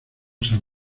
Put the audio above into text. san